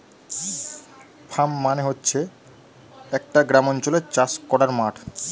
farm মানে হচ্ছে একটা গ্রামাঞ্চলে চাষ করার মাঠ